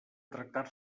tractar